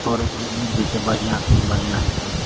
आओर मन्दिर जे छै बढ़िआँ कोन बढ़िआँ होयतै